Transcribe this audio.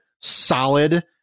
solid